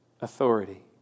authority